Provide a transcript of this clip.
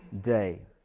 day